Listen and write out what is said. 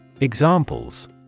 Examples